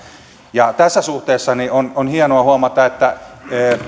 tässä suhteessa on hienoa huomata että